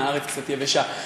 הארץ קצת יבשה.